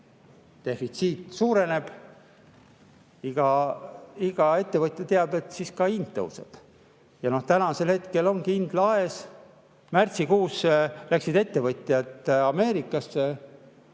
defitsiit suureneb. Iga ettevõtja teab, et siis ka hind tõuseb. Ja tänasel hetkel on hind laes. Märtsikuus läksid ettevõtjad Ameerikasse